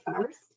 first